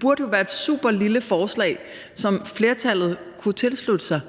burde jo være et superlille forslag, som flertallet kunne tilslutte sig.